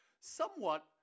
somewhat